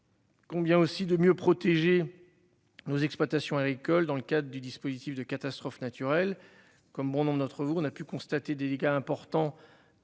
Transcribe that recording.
Convient aussi de mieux protéger. Nos exploitations agricoles dans le cadre du dispositif de catastrophes naturelles, comme bon nombre d'entre vous, on a pu constater des dégâts importants